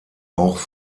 auch